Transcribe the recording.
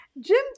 Jim